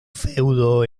feudo